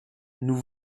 nous